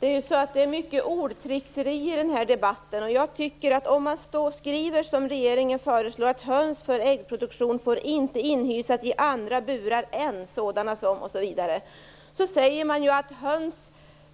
Herr talman! Det är mycket ordtrixerier i den här debatten. Jag tycker att om man skriver som regeringen föreslår, att höns för äggproduktion inte får inhysas i andra burar än sådana som osv., säger man ju att höns